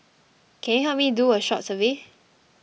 can you help me do a short survey